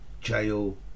jail